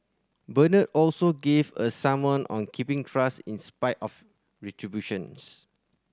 Bernard also gave a sermon on keeping trust in spite of